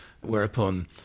whereupon